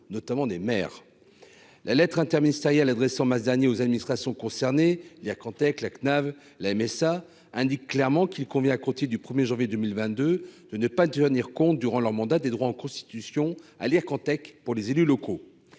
notamment des maires la lettre interministérielle adresse en mars dernier aux administrations concernées, il y a Comtech la CNAV, la MSA indique clairement qu'il convient, à compter du 1er janvier 2022, de ne pas jaunir compte durant leur mandat des droits en constitution à l'Ircantec pour les élus locaux,